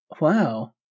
wow